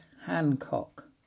Hancock